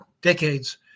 decades